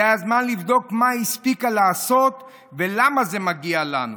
זה הזמן לבדוק מה היא הספיקה לעשות ולמה זה מגיע לנו",